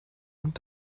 und